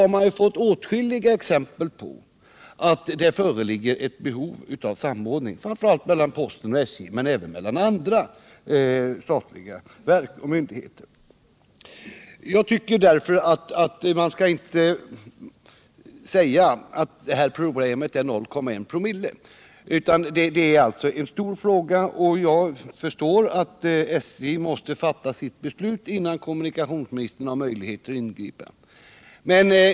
Där har jag fått åtskilliga exempel på att det föreligger ett behov av samordning, framför allt mellan posten och SJ, men även mellan andra statliga verk och myndigheter. Jag tycker därför inte att man skall säga att problemet är 0,1 ?/oo, utan det är en stor fråga. Jag förstår att SJ måste fatta sitt beslut innan kommunikationsministern har möjlighet att ingripa.